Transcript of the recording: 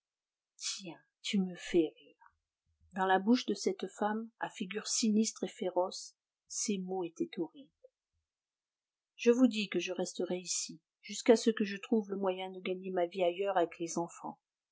tiens tu me fais rire dans la bouche de cette femme à figure sinistre et féroce ces mots étaient horribles je vous dis que je resterai ici jusqu'à ce que je trouve le moyen de gagner ma vie ailleurs avec les enfants